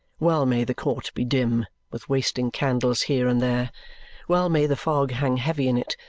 well may the court be dim, with wasting candles here and there well may the fog hang heavy in it,